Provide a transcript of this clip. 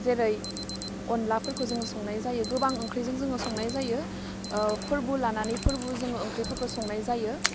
जेरै अन्लाफोरखौ जोङो संनाय जायो गोबां ओंख्रिजों जोङो संनाय जायो ओह फोरबु लानानै फोरबु जोङो ओंख्रिफोरखौ संनाय जायो